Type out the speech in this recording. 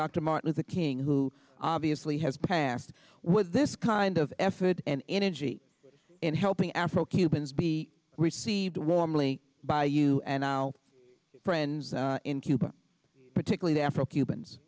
dr martin luther king who obviously has passed with this kind of effort and energy in helping afro cubans be received warmly by you and now friends in cuba particularly afro cubans